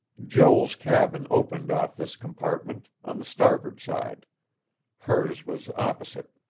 joel's cabin opened off this compartment, on the starboard side hers was opposite.